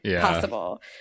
possible